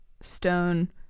Stone